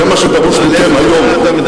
זה מה שדרוש מכם היום,